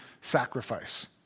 sacrifice